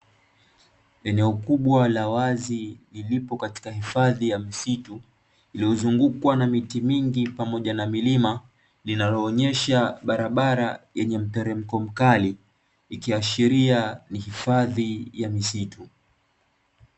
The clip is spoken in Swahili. Eneo kubwa la wazi lipo katika hifadhi ya misitu iliyozungukwa na miti mingi pamoja na milima, linaloonyesha barabara yenye mteremko mkali ikiashiria ni hifadhi ya misitu.